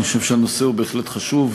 משום שהנושא הוא בהחלט חשוב,